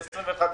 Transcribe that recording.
לשנים 21 23,